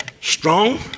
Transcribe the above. strong